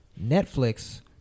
Netflix